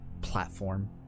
platform